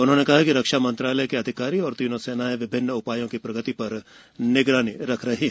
उन्होंने कहा कि रक्षा मंत्रालय के अधिकारी और तीनों सेनाएं विभिन्न उप्रायों की प्रगति प्रर निगरानी रख रही हैं